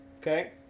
Okay